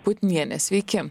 putniene sveiki